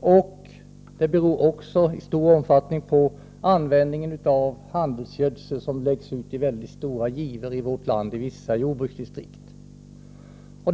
Försurningen beror också till stor del på användningen av handelsgödsel, som i vissa jordbruksdistrikt i vårt land läggs ut i väldigt stora givor.